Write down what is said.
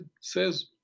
says